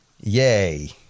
Yay